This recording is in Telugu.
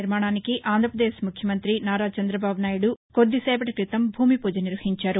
నిర్మాణానికి ఆంధ్రపదేశ్ ముఖ్యమంతి నారా చందబాబు నాయుడు కొద్దిసేపటి క్రితం భూమి పూజ నిర్వహించారు